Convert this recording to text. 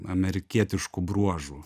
amerikietiškų bruožų